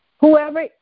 Whoever